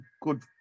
good